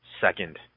second